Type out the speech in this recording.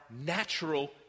natural